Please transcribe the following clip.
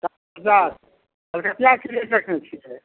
कलकतिआ कलकतिआ कि रेट रखने छिए